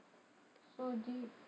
so deep